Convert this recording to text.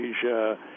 Asia